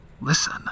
Listen